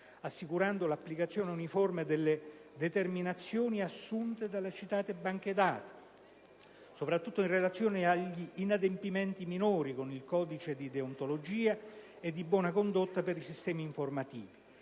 assicurando l'applicazione uniforme delle determinazioni assunte dalle citate banche dati - soprattutto in relazione agli inadempimenti minori - con il codice di deontologia e di buona condotta per i sistemi informativi;